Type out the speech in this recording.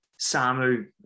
Samu